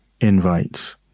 invites